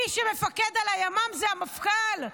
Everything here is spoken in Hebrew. מי שמפקד על הימ"מ זה המפכ"ל.